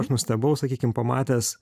aš nustebau sakykim pamatęs